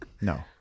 no